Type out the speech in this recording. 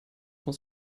muss